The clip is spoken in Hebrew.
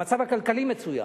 והמצב הכלכלי מצוין,